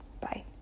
Bye